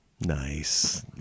nice